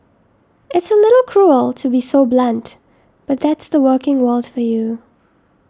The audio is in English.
it's a little cruel to be so blunt but that's the working worlds for you